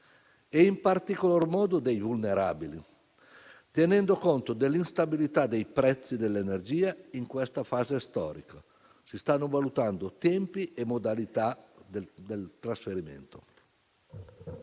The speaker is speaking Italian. e in particolar modo dei vulnerabili, tenendo conto dell'instabilità dei prezzi dell'energia in questa fase storica. Si stanno valutando tempi e modalità del trasferimento.